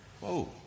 whoa